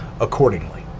accordingly